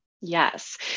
Yes